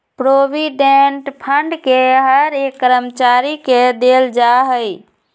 provident fund के हर एक कर्मचारी के देल जा हई